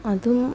അതും